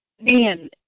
man